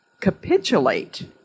capitulate